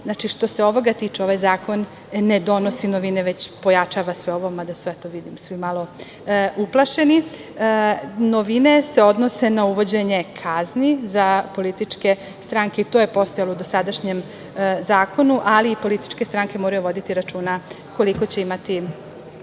što se ovoga tiče, ovaj zakon ne donosi novine, već pojačava sve ovo, mada su, kako vidim, svi malo uplašeni. Novine se odnose na uvođenje kazni za političke stranke. I to je postojalo u dosadašnjem zakonu, ali i političke stranke moraju voditi računa koliko će imati